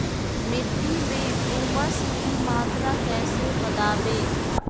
मिट्टी में ऊमस की मात्रा कैसे बदाबे?